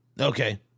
Okay